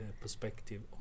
perspective